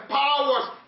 powers